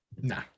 Nah